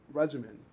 regimen